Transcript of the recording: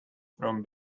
from